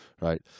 right